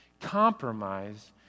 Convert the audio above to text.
Compromise